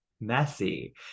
messy